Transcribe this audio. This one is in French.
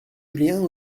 julien